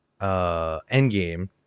Endgame